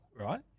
right